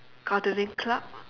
gardening club